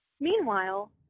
Meanwhile